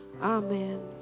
Amen